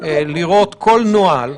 לראות כל נוהל.